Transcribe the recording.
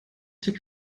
deg